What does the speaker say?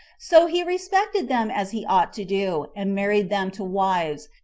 so he respected them as he ought to do, and married them to wives,